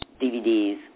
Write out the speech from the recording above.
DVDs